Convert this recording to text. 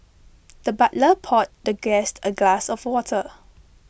the butler poured the guest a glass of water